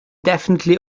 definitely